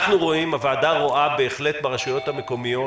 הוועדה רואה ברשויות המקומיות